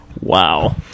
Wow